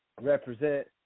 represent